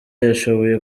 yashoboye